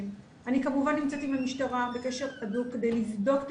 כמובן נמצאת עם המשטרה בקשר הדוק כדי לבדוק את